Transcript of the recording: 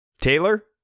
Taylor